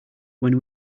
when